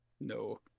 no